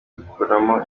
dukuramo